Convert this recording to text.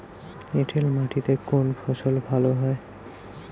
এঁটেল মাটিতে কোন ফসল ভালো হয়?